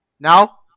Now